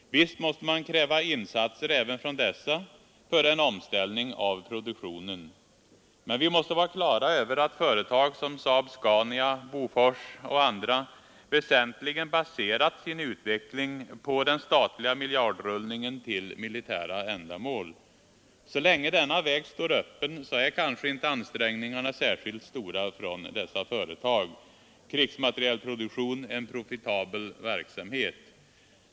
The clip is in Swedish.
Visst måste man kräva insatser även från dessa för en omställning av produktionen. Men vi måste vara klara över att företag som SAAB-Scania, Bofors och andra väsentligen baserat sin utveckling på den statliga miljardrullningen till militära ändamål. Så länge denna väg står öppen är kanske inte ansträngningarna att göra en omställning särskilt stora från dessa företag. Krigsmaterielproduktion är en profitabel verksamhet.